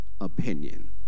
opinion